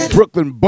Brooklyn